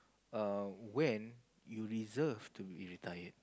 err when you reserve to be retired